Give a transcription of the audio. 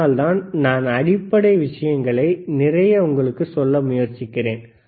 அதனால்தான் நான் அடிப்படை விஷயங்களை நிறைய உங்களுக்கு சொல்ல முயற்சிக்கிறேன்